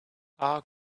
our